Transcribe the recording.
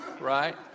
right